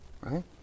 right